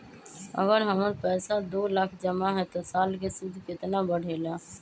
अगर हमर पैसा दो लाख जमा है त साल के सूद केतना बढेला?